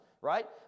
right